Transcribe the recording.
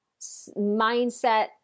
mindset